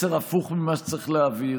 מסר הפוך ממה שצריך להעביר.